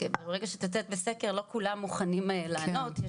ברגע שאת יוצאת בסקר ולא כולם מוכנים לענות,